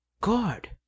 God